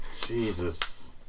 Jesus